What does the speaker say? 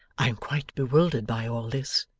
i am quite bewildered by all this.